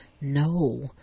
No